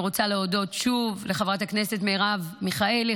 אני רוצה להודות שוב לחברת הכנסת מרב מיכאלי,